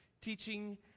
Teaching